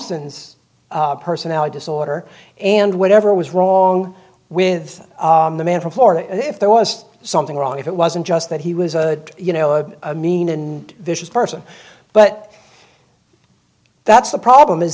s personality disorder and whatever was wrong with the man from florida if there was something wrong it wasn't just that he was a you know a mean and vicious person but that's the problem is